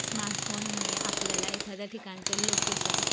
स्मार्टफोनमुळे आपल्याला एखाद्या ठिकाणचे लोकेशन